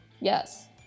yes